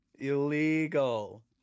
illegal